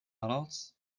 adults